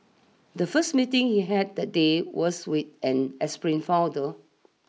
the first meeting he had that day was with an aspiring founder